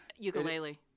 Ukulele